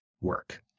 work